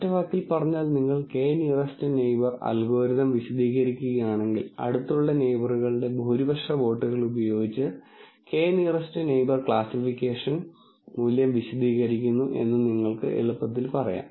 ഒറ്റവാക്കിൽ പറഞ്ഞാൽ നിങ്ങൾ k nearest neighbour algorithm വിശദീകരിക്കുകയാണെങ്കിൽ അടുത്തുള്ള നെയിബറുകളുടെ ഭൂരിപക്ഷ വോട്ടുകൾ ഉപയോഗിച്ച് k നിയറെസ്റ് നെയിബർ കാൽസിഫിക്കേഷൻ മൂല്യം വിശദീകരിക്കുന്നു എന്ന് നിങ്ങൾക്ക് എളുപ്പത്തിൽ പറയാം